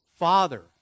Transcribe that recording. Father